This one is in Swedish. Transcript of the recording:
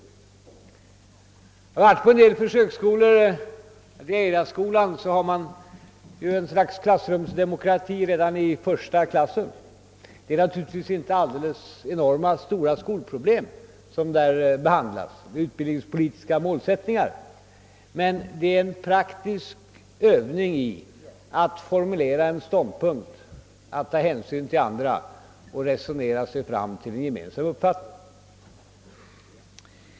Jag har besökt en del försöksskolor. Vid Eira-skolan har man ett slags klassrumsdemokrati redan i första klassen. Det är naturligtvis inte stora skolproblem och utbildningspolitiska målsätt ningar som där behandlas, men eleverna får en praktisk övning i att formulera en ståndpunkt, att ta hänsyn till andra och att resonera sig fram till en gemensam uppfattning.